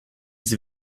sie